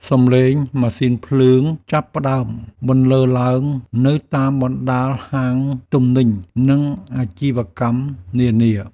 សំឡេងម៉ាស៊ីនភ្លើងចាប់ផ្តើមបន្លឺឡើងនៅតាមបណ្តាហាងទំនិញ និងអាជីវកម្មនានា។